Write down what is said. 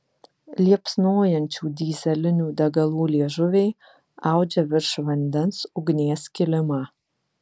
liepsnojančių dyzelinių degalų liežuviai audžia virš vandens ugnies kilimą